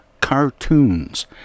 cartoons